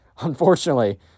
unfortunately